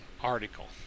article